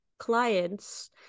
clients